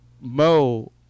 Mo